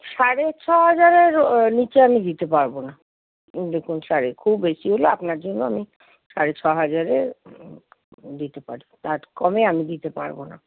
সাড়ে ছহাজারের নিচে আমি দিতে পারব না দেখুন সাড়ে খুব বেশি হলে আপনার জন্য আমি সাড়ে ছহাজারে দিতে পারি তার কমে আমি দিতে পারব না